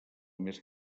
més